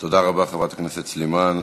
תודה רבה, חברת הכנסת סלימאן.